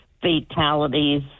fatalities